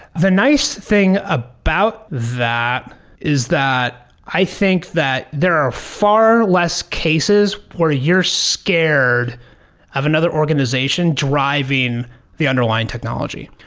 the nice thing about that is that i think that there are far less cases where you're scared of another organization driving the underlying technology.